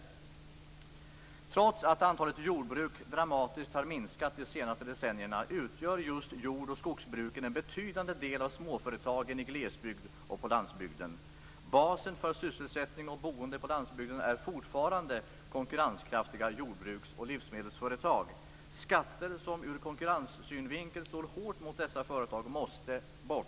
Trots att antalet jordbruk dramatiskt har minskat under de senaste decennierna utgör just jord och skogsbruken en betydande del av småföretagen i glesbygd och på landsbygden. Basen för sysselsättning och boende på landsbygden är fortfarande konkurrenskraftiga jordbruks och livsmedelsföretag. Skatter, som ur konkurrenssynvinkel slår hårt mot dessa företag, måste bort.